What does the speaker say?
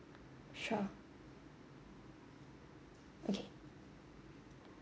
sure okay